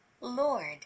Lord